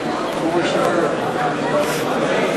להסיר מסדר-היום